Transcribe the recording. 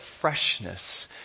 freshness